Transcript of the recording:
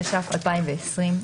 התש"ף-2020.